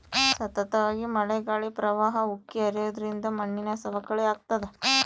ಸತತವಾಗಿ ಮಳೆ ಗಾಳಿ ಪ್ರವಾಹ ಉಕ್ಕಿ ಹರಿಯೋದ್ರಿಂದ ಮಣ್ಣಿನ ಸವಕಳಿ ಆಗ್ತಾದ